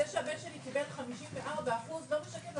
זה שהבן שלי קיבל 54 אחוז לא משקף,